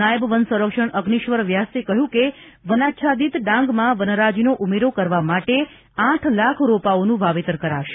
નાયબ વન સંરક્ષક અગ્નિશ્વર વ્યાસે કહ્યું હતું કે વનાચ્છાદિત ડાંગમાં વનરાજીનો ઉમેરો કરવા માટે આઠ લાખ રોપાઓનું વાવેતર કરાશે